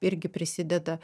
irgi prisideda